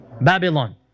Babylon